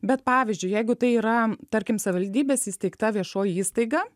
bet pavyzdžiui jeigu tai yra tarkim savivaldybės įsteigta viešoji įstaiga